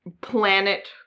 planet